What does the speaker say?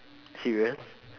serious